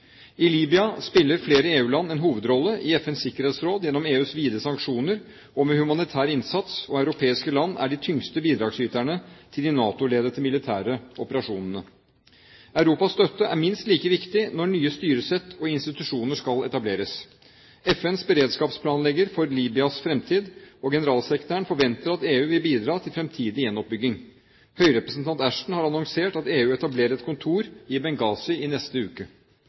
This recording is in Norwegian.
I Libya spiller flere EU-land en hovedrolle i FNs sikkerhetsråd gjennom EUs vide sanksjoner og med humanitær innsats, og europeiske land er de tyngste bidragsyterne til de NATO-ledete militære operasjonene. Europas støtte er minst like viktig når nye styresett og institusjoner skal etableres. FNs beredskapsplanlegger for Libyas fremtid og generalsekretæren forventer at EU vil bidra til fremtidig gjenoppbygging. Høyrepresentant Ashton har annonsert at EU etablerer et kontor i Benghazi i neste uke.